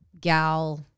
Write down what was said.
gal